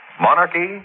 Monarchy